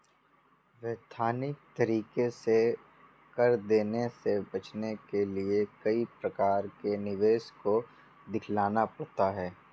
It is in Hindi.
वैधानिक तरीके से कर देने से बचने के लिए कई प्रकार के निवेश को दिखलाना पड़ता है